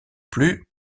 plus